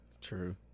True